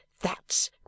That's